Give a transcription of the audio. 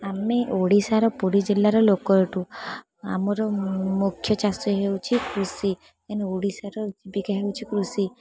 ଆମେ ଓଡ଼ିଶାର ପୁରୀ ଜିଲ୍ଲାର ଲୋକ ଅଟୁ ଆମର ମୁଖ୍ୟ ଚାଷ ହେଉଛି କୃଷି କାହିଁନା ଓଡ଼ିଶାର ଜୀବିକା ହେଉଛି କୃଷି